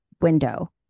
window